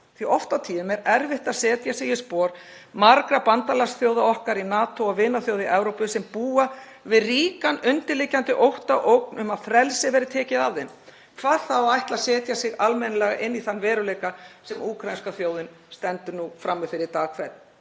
Oft á tíðum er erfitt að setja sig í spor margra bandalagsþjóða okkar í NATO og vinaþjóða í Evrópu sem búa við ríkan undirliggjandi ótta um að frelsið verði tekið af þeim, hvað þá að ætla að setja sig almennilega inn í þann veruleika sem úkraínska þjóðin stendur nú frammi fyrir dag hvern.